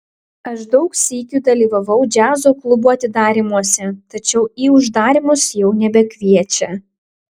aš daug sykių dalyvavau džiazo klubų atidarymuose tačiau į uždarymus jau nebekviečia